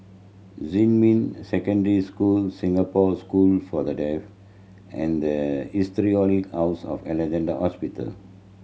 Xinmin Secondary School Singapore School for The Deaf and the Historic House of Alexandra Hospital